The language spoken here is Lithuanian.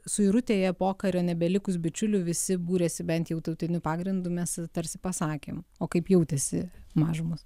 suirutėje pokario nebelikus bičiulių visi būrėsi bent jau tautiniu pagrindu mes tarsi pasakėm o kaip jautėsi mažumos